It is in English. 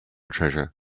treasure